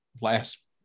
last